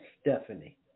Stephanie